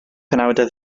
penawdau